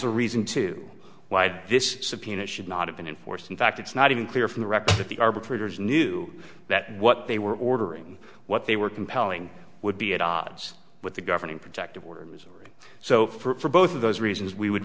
a reason to why this subpoena should not have been in force in fact it's not even clear from the record that the arbitrators knew that what they were ordering what they were compelling would be at odds with the governing protective order so for both of those reasons we would